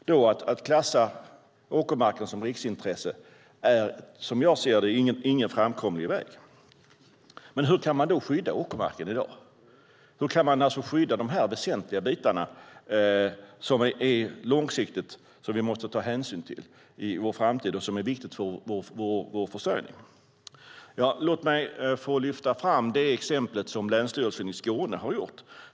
Att klassa åkermarken som riksintresse är, som jag ser det, ingen framkomlig väg. Men hur kan man då skydda åkermarken i dag? Hur kan man skydda de väsentliga bitar som är långsiktiga och som vi måste ta hänsyn till i vår framtid och som är viktiga för vår försörjning? Låt mig få lyfta fram det exempel som Länsstyrelsen i Skåne ger.